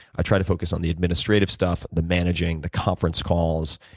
i try to focus on the administrative stuff, the managing, the conference calls,